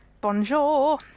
Bonjour